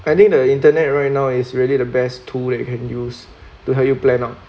I think the internet right now is really the best tool that you can use to help you plan out um